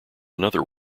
another